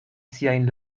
siajn